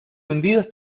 hundidos